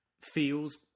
feels